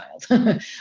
child